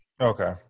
Okay